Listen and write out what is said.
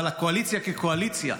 אבל הקואליציה כקואליציה,